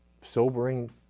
sobering